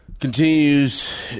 Continues